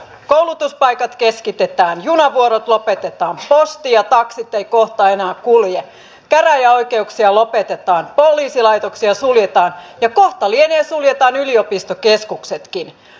koulutuspaikat keskitetään junavuorot lopetetaan posti ja taksit eivät kohta enää kulje käräjäoikeuksia lopetetaan poliisilaitoksia suljetaan ja kohta suljettaneen yliopistokeskuksetkin